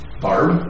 barb